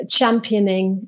championing